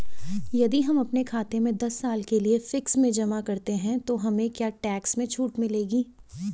यदि हम अपने खाते से दस साल के लिए फिक्स में जमा करते हैं तो हमें क्या टैक्स में छूट मिलेगी?